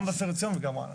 גם מבשרת ציון וגם רעננה.